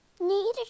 Need